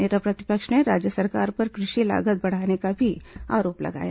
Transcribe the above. नेता प्रतिपक्ष ने राज्य सरकार पर कृषि लागत बढ़ाने का भी आरोप लगाया